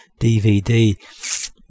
DVD